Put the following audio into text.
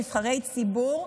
נבחרי הציבור,